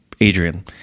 Adrian